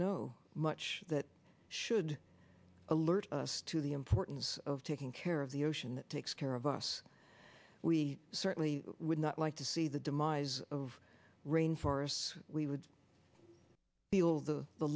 know much that should alert us to the importance of taking care of the ocean that takes care of us we certainly would not like to see the demise of rain forests we would feel the